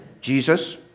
Jesus